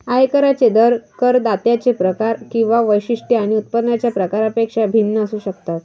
आयकरांचे दर करदात्यांचे प्रकार किंवा वैशिष्ट्ये आणि उत्पन्नाच्या प्रकारापेक्षा भिन्न असू शकतात